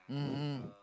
mmhmm